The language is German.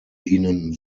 ihnen